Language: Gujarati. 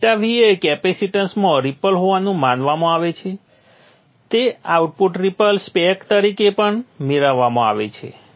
∆V જે કેપેસિટન્સમાં રિપલ હોવાનું માનવામાં આવે છે તે આઉટપુટ રિપલ સ્પેક તરીકે પણ મેળવવામાં આવે છે